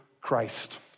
Christ